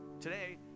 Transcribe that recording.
today